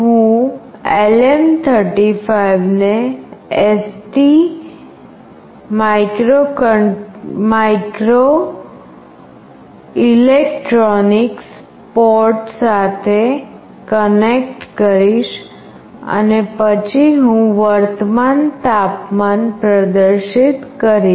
હું LM35 ને ST microelectronics port સાથે કનેક્ટ કરીશ અને પછી હું વર્તમાન તાપમાન પ્રદર્શિત કરીશ